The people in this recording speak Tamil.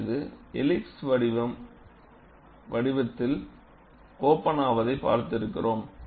நாம் இது எல்லிப்ஸ் வடிவில் ஓபன் ஆவதை பார்த்திருக்கிறோம்